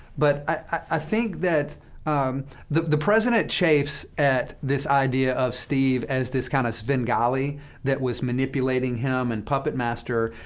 but i think that the the president chafes at this idea of steve as this kind of svengali that was manipulating him, and puppet master.